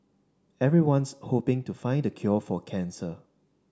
everyone's hoping to find the cure for cancer